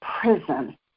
prison